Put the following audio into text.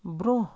برٛۄنٛہہ